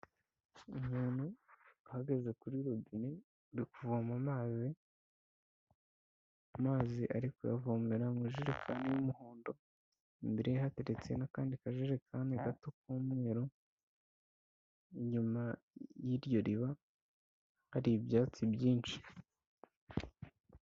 Umuntu uhagaze kuri rubine ari kuvoma amazi, amazi ari kuyavomera mu ijirekani y'umuhondo, imbere ye hateretse n'akandi kajerekani gato k'umweru, inyuma y'iryo riba hari ibyatsi byinshi.